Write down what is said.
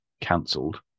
cancelled